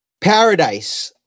Paradise